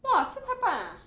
!wah! 四块半 ah